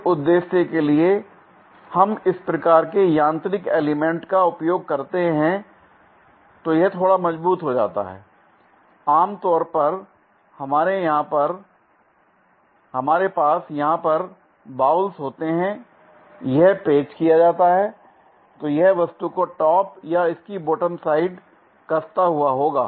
इस उद्देश्य के लिए हम इस प्रकार के यांत्रिक एलिमेंट का उपयोग करते हैं l तो यह थोड़ा मजबूत हो जाता है l आमतौर पर हमारे पास यहां पर बाउल्स होते हैं यह पेंच किया जाता है l तो यह वस्तु को टॉप या इसकी बॉटम साइड कसता हुआ होगा